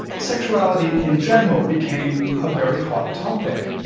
sexuality in general became a very hot topic.